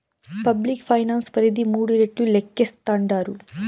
public finance పరిధి మూడు రెట్లు లేక్కేస్తాండారు